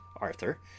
arthur